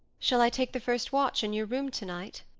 shall i take the first watch in your room to-night?